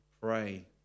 pray